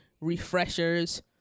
refreshers